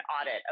audit